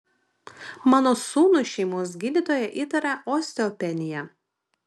mano sūnui šeimos gydytoja įtaria osteopeniją